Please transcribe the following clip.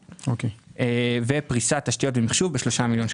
שקלים, פריסת תשתיות ומחשוב ב-3 מיליון שקלים.